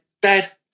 dad